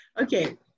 okay